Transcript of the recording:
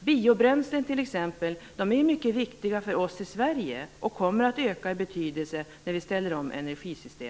Biobränslen t.ex. är ju mycket viktiga för oss i Sverige, och kommer att öka i betydelse när vi ställer om energisystemet.